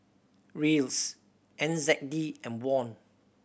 Riels N Z D and Won